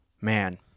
Man